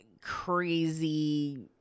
crazy